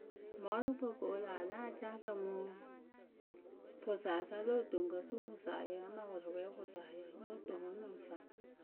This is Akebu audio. Mɔɔrʊkpǝ ko wɨ laa lɛɛ acaakǝ mɨ pʊsayǝ sa lo otoŋkǝ supʊsayǝ amaa pɔrɔpwɛpʊsayǝ no toǝŋ wɨ nɨŋ faŋ.